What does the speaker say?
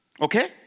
okay